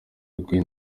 rwe